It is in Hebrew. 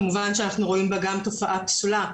כמובן שאנחנו רואים בה תופעה פסולה.